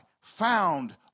found